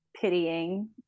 Pitying